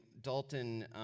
Dalton